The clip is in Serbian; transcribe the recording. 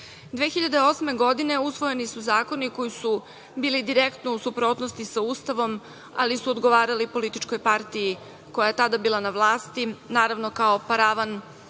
2008. usvojeni su zakoni koji su bili direktno u suprotnosti sa Ustavom, ali su odgovarali političkoj partiji koja je tada bila na vlasti, naravno kao paravan